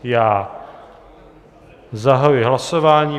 Já zahajuji hlasování.